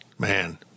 Man